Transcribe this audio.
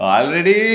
Already